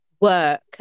work